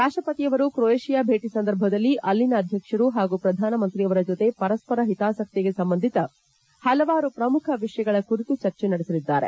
ರಾಷ್ಪಪತಿಯವರು ಕೊವೇಷಿಯಾ ಭೇಟಿಯ ಸಂದರ್ಭದಲ್ಲಿ ಅಲ್ಲಿನ ಅಧ್ಯಕ್ಷರು ಹಾಗೂ ಪ್ರಧಾನಮಂತ್ರಿಯವರ ಜತೆ ಪರಸ್ಪರ ಹಿತಾಸಕ್ತಿಗೆ ಸಂಬಂಧಿತ ಹಲವಾರು ಪ್ರಮುಖ ವಿಷಯಗಳ ಕುರಿತು ಚರ್ಚೆ ನಡೆಸಲಿದ್ದಾರೆ